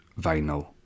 vinyl